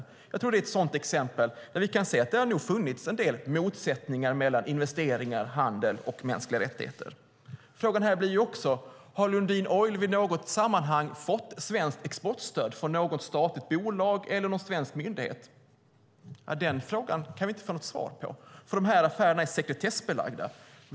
Jag tror att det är ett sådant exempel där vi kan se att det nog har funnits en del motsättningar mellan investeringar, handel och mänskliga rättigheter. Frågan blir här: Har Lundin Oil i något sammanhang fått svenskt exportstöd från något statligt bolag eller någon svensk myndighet? Den frågan kan vi inte få något svar på, för de här affärerna är sekretessbelagda.